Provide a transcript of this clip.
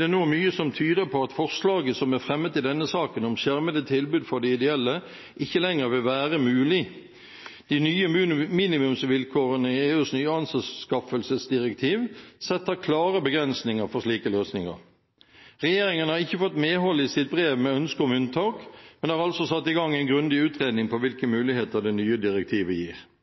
det nå mye som tyder på at forslaget som er fremmet i denne saken om skjermede tilbud for de ideelle, ikke lenger vil være mulig. De nye minimumsvilkårene i EUs nye anskaffelsesdirektiv setter klare begrensninger for slike løsninger. Regjeringen har ikke fått medhold i sitt brev med ønske om unntak, men har altså satt i gang en grundig utredning av hvilke muligheter det nye direktivet gir. Vi i Høyre er glade for at regjeringen er så tydelig på